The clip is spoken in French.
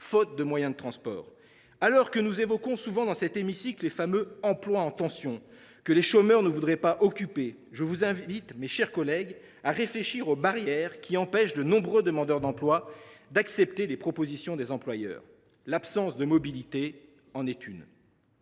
faute de moyens de transport. Alors que nous évoquons souvent dans cet hémicycle les fameux « emplois en tension », que les chômeurs ne voudraient pas occuper, je vous invite, mes chers collègues, à réfléchir aux barrières qui empêchent de nombreux demandeurs d’emploi d’accepter les propositions des employeurs. L’absence de mobilité est l’une